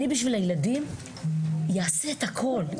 אני בשביל הילדים אעשה את הכול.